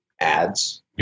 ads